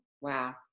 Wow